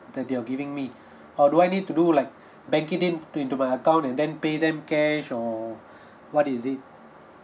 that they'll giving me or do I need to do like bank it in to into my account and then pay them cash or what is it